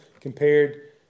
compared